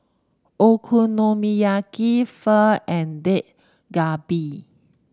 Okonomiyaki Pho and Dak Galbi